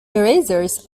erasers